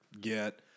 get